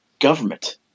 government